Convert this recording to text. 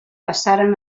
passaren